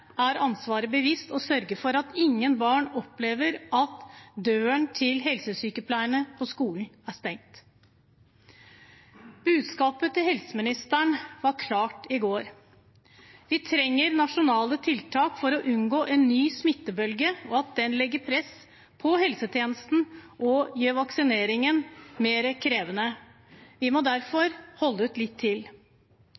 er seg sitt ansvar bevisst og sørger for at ingen barn opplever at døren til helsesykepleier på skolen er stengt. Budskapet fra helseministeren var klart i går. Vi trenger nasjonale tiltak for å unngå en ny smittebølge. Det legger press på helsetjenesten og gjør vaksineringen mer krevende. Vi må